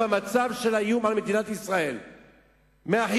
במצב האיום על מדינת ישראל מה"חיזבאללה",